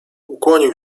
ukłonił